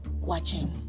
watching